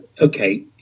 okay